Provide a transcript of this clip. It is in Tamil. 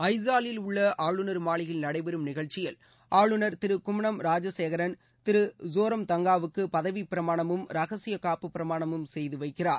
அய்சாலில் உள்ள ஆளுநர் மாளிகையில் நடைபெறும் நிகழ்ச்சியில் ஆளுநர் திரு கும்மனம் ராஜசேகரன் திரு ஸோரம்தங்காவுக்கு பதவிப்பிரமாணமும் ரகசிய காப்பு பிரமாணமும் செய்து வைக்கிறார்